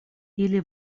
ili